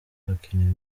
hakenewe